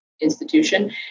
institution